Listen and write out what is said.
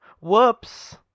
whoops